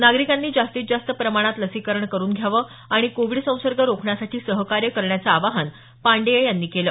नागरिकांनी जास्तीत जास्त प्रमाणात लसीकरण करून घ्यावं आणि कोविड संसगे रोखण्यासाठी सहकार्य करण्याचं आवाहन पांडेय यांनी केलं